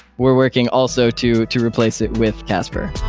we're working also to to replace it with casper.